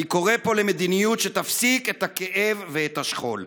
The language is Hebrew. אני קורא פה למדיניות שתפסיק את הכאב ואת השכול.